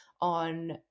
on